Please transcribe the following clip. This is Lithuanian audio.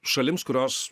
šalims kurios